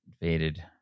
invaded